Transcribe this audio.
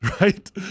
right